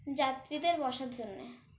যাত্রীদের বসার জন্যে